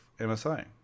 MSI